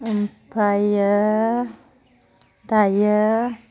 ओमफ्रायो दायो